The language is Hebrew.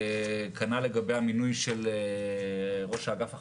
וכנ"ל לגבי המינוי של ראשת האגף החדשה,